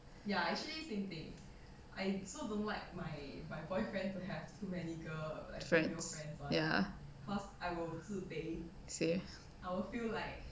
friends ya same